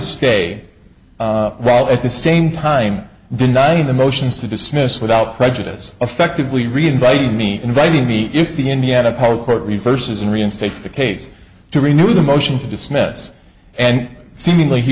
stay while at the same time denying the motions to dismiss without prejudice affectively re inviting me inviting me if the indiana power court reverses and reinstates the case to renew the motion to dismiss and seemingly he